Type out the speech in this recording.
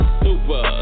super